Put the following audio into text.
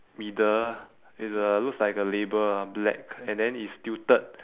middle with a looks like a label ah black and then it's tilted